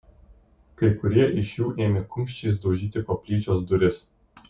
kai kurie iš jų ėmė kumščiais daužyti koplyčios duris